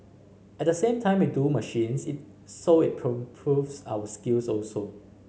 at the same time we do machines it so it proves our skills also